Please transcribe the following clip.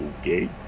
okay